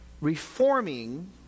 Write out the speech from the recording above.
reforming